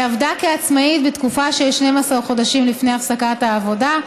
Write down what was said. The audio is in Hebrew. היא עבדה כעצמאית בתקופה של 12 חודשים לפני הפסקת העבודה,